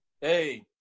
Hey